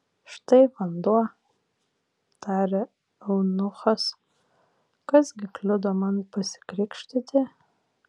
štai vanduo tarė eunuchas kas gi kliudo man pasikrikštyti